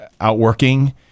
outworking